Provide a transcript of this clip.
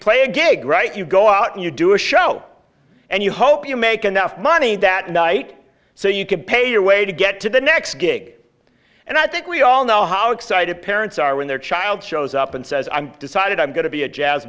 play a gig right you go out and you do a show and you hope you make enough money that night so you can pay your way to get to the next gig and i think we all know how excited parents are when their child shows up and says i'm decided i'm going to be a jazz